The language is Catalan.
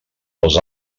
als